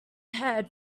head